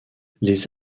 les